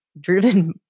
driven